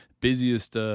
busiest